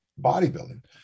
bodybuilding